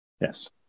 Yes